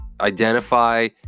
identify